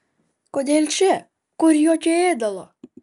kodėl čia kur jokio ėdalo